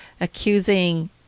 accusing